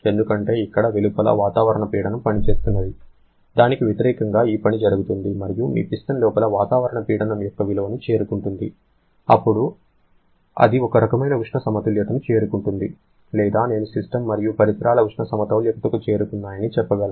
ఎందుకంటే ఇక్కడ వెలుపల వాతావరణ పీడనం పని చేస్తున్నది దానికి వ్యతిరేకంగా ఈ పని జరుగుతుంది మరియు మీ పిస్టన్ లోపల వాతావరణ పీడనం యొక్క విలువను చేరుకుంటుంది అప్పుడు అది ఒక రకమైన ఉష్ణ సమతుల్యతను చేరుకుంటుంది లేదా నేను సిస్టమ్ మరియు పరిసరాలు ఉష్ణ సమతౌల్యతకు చేరుకున్నాయని చెప్పగలను